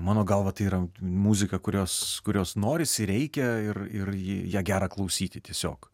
mano galva tai yra muzika kurios kurios norisi reikia ir ir ji ją gera klausyti tiesiog